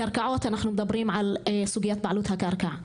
קרקעות אנחנו מדברים על סוגית בעלות הקרקע.